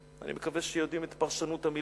את מה שאומרת התוספתא אני לא ממציא.